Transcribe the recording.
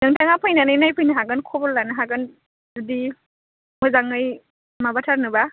नोंथाङा फैनानै नायफैनो हागोन खबर लानो हागोन जुदि मोजाङै माबाथारनोबा